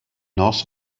nos